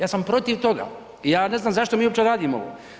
Ja sam protiv toga i ja ne znam zašto mi uopće radimo ovo.